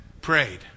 prayed